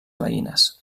veïnes